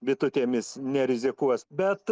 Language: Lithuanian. bitutėmis nerizikuos bet